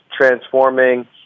transforming